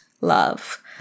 love